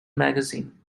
magazine